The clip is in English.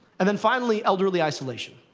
and then, finally, elderly isolation.